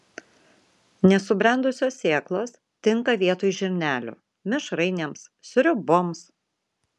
nesubrendusios sėklos tinka vietoj žirnelių mišrainėms sriuboms